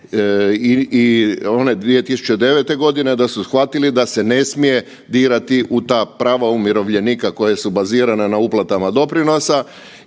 i one 2009. godine, da su shvatili da se ne smije dirati u ta prava umirovljenika koje su bazirane na uplatama doprinosima